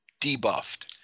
debuffed